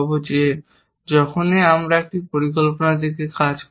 যে যখনই আমরা একটি পরিকল্পনায় একটি কাজ যোগ করি